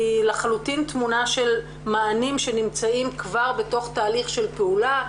היא לחלוטין תמונה של מענים שנמצאים כבר בתוך תהליך של פעולה,